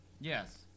Yes